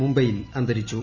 മുംബൈയിൽ അന്തരിച്ചു